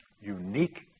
unique